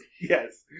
yes